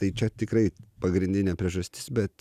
tai čia tikrai pagrindinė priežastis bet